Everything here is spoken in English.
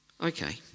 Okay